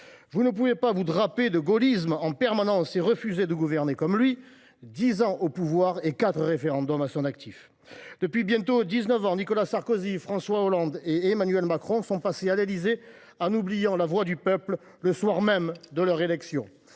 Vous ne pouvez pas vous draper de gaullisme en permanence et refuser de gouverner comme le général de Gaulle : dix ans au pouvoir et quatre référendums à son actif ! Depuis bientôt dix neuf ans, Nicolas Sarkozy, François Hollande et Emmanuel Macron sont passés à l’Élysée en oubliant la voix du peuple le soir même de leur élection.